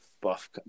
Buff